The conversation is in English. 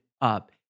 up